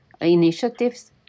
initiatives